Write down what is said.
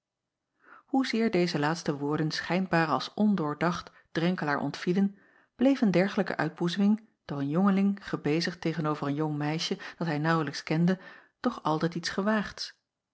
oezeer deze laatste woorden schijnbaar als ondoordacht renkelaer ontvielen bleef een dergelijke uitboezeming door een jongeling gebezigd tegen-over een jong meisje dat hij naauwlijks kende toch altijd iets gewaagds